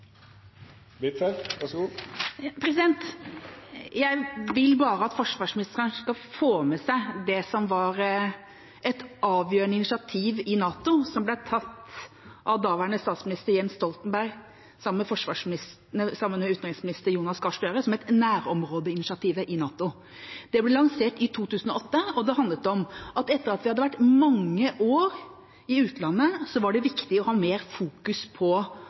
Jeg vil bare at forsvarsministeren skal få med seg det som var et avgjørende initiativ i NATO – som ble tatt av daværende statsminister Jens Stoltenberg sammen med daværende utenriksminister Jonas Gahr Støre – som het Nærområdeinitiativet i NATO. Det ble lansert i 2008, og det handlet om at det etter at vi hadde vært mange år i utlandet, var viktig å fokusere mer på